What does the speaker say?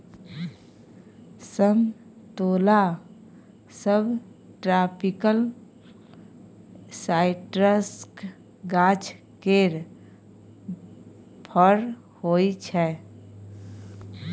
समतोला सबट्रापिकल साइट्रसक गाछ केर फर होइ छै